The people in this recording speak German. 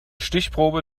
stichprobe